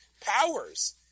powers